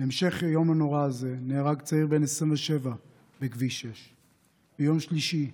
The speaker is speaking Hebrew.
בהמשך היום הנורא הזה נהרג צעיר בן 27 בכביש 6. ביום שלישי,